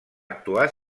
actuar